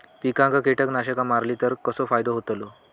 पिकांक कीटकनाशका मारली तर कसो फायदो होतलो?